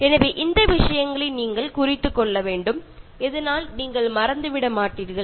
எனவே இந்த விஷயங்களை நீங்கள் குறித்து கொள்ள வேண்டும் இதனால் நீங்கள் மறந்து விட மாட்டீர்கள்